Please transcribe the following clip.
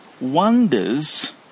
wonders